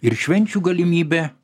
ir švenčių galimybė